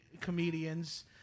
comedians